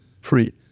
free